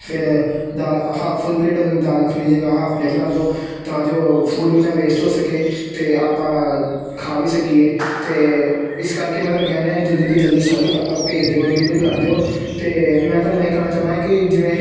ਫਿਰ ਦਾਲ half full plate ਦਾਲ ਮੱਖਣੀ ਦੀ ਜਗ੍ਹਾ ਹਾਫ਼ ਪਲੇਟ ਕਰ ਦਿਓ ਤਾਂ ਜੋ ਫੂਡ ਵੀ ਨਾ ਵੇਸਟ ਹੋ ਸਕੇ ਅਤੇ ਆਪਾਂ ਖਾ ਵੀ ਸਕੀਏ ਅਤੇ ਇਸ ਕਰਕੇ ਮੈਂ ਤੁਹਾਨੂੰ ਕਹਿਨ ਦਿਆ ਜਲਦੀ ਤੋਂ ਜਲਦੀ ਸੈਂਡ ਭੇਜ ਦਿਓ ਡਿਲੀਵਰੀ ਕਰ ਦਿਓ ਅਤੇ ਮੈਂ ਤੁਹਾਨੂੰ ਇਹ ਕਹਿਣਾ ਚਾਹੁੰਦਾ ਕਿ ਜਿਵੇਂ